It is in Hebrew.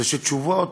זה שתשובת